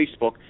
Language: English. Facebook